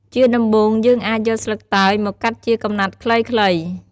ជាដំបូង យើងអាចយកស្លឹកតើយមកកាត់ជាកំណាត់ខ្លីៗ។